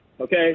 okay